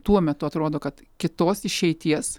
tuo metu atrodo kad kitos išeities